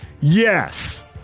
Yes